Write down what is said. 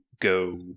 go